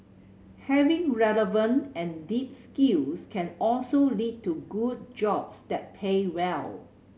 having relevant and deep skills can also lead to good jobs that pay well